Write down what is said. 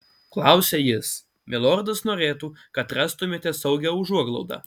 klausia jis milordas norėtų kad rastumėte saugią užuoglaudą